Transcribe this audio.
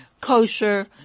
kosher